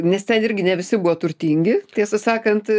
nes ten irgi ne visi buvo turtingi tiesą sakant